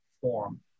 form